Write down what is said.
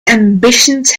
ambitions